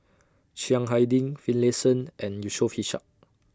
Chiang Hai Ding Finlayson and Yusof Ishak